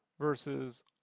versus